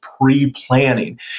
pre-planning